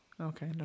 Okay